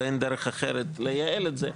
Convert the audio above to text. ואין דרך אחרת לייעל את זה.